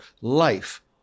life